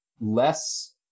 less